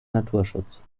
naturschutz